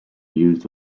used